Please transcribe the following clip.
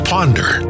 Ponder